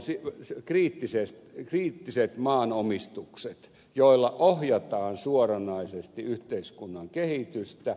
siellä ovat kriittiset maanomistukset joilla ohjataan suoranaisesti yhteiskunnan kehitystä